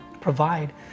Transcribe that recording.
provide